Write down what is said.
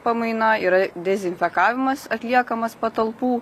pamaina yra dezinfekavimas atliekamas patalpų